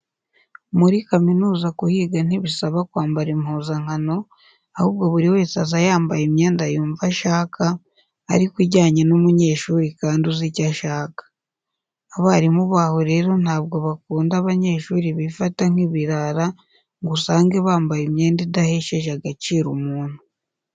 Muri kaminuza kuhiga ntibisaba kwambara impuzankano, ahubwo buri wese aza yambaye imyenda yumva ashaka ariko ijyanye n'umunyeshuri kandi uzi icyo ashaka. Abarimu baho rero ntabwo bakunda abanyeshuri bifata nk'ibirara ngo usange bambaye imyenda idahesheje agaciro umuntu.